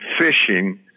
fishing